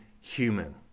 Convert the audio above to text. human